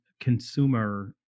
consumer